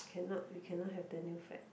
cannot we cannot have the new flat